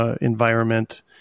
environment